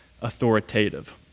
authoritative